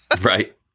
Right